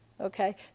Okay